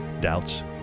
doubts